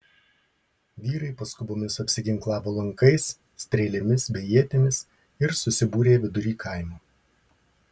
vyrai paskubomis apsiginklavo lankais strėlėmis bei ietimis ir susibūrė vidury kaimo